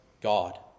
God